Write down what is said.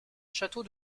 château